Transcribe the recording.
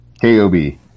K-O-B